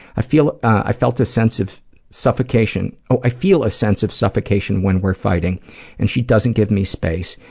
i feel i felt a sense of suffocation. i feel a sense of suffocation when we're fighting and she doesn't give me space.